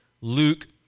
Luke